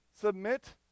submit